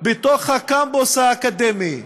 בתוך הקמפוס האקדמי,